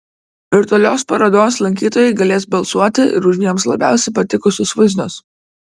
virtualios parodos lankytojai galės balsuoti ir už jiems labiausiai patikusius vaizdus